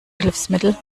hilfsmittel